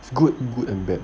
good good and bad